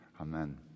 Amen